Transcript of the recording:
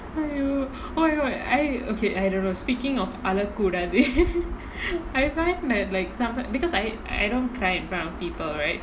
!aiyo! oh my god I okay I don't know speaking of அழக்கூடாது:alzhakoodathu I find that like sometimes because I I don't cry in front of people right